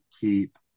keep